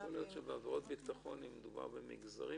יכול להיות שבעבירות ביטחון אם דובר במגזרים